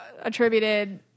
attributed